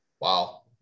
Wow